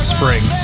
Spring